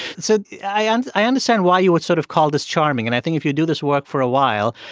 so i and i understand why you would sort of call this charming, and i think if you do this work for a while,